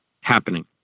happening